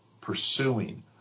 pursuing